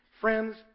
Friends